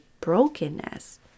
brokenness